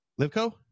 Livco